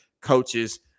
coaches